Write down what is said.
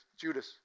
Judas